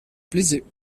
plaisait